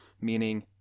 meaning